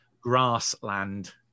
grassland